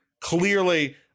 Clearly